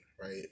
right